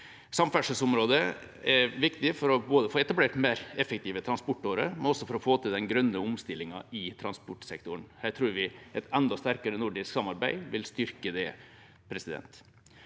Samferdselsområdet er viktig både for å få etablert mer effektive transportårer og også for å få til den grønne omstillingen i transportsektoren. Vi tror et enda sterkere nordisk samarbeid vil styrke det. Med det